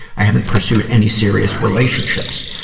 i haven't pursued any serious relationships.